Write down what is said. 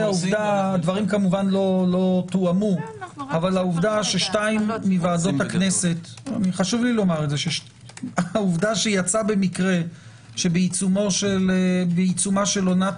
שהדברים כמובן לא תואמו אבל העובדה שיצא במקרה שבעיצומה של עונת